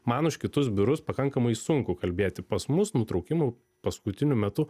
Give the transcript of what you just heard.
man už kitus biurus pakankamai sunku kalbėti pas mus nutraukimu paskutiniu metu